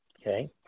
Okay